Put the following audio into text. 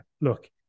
look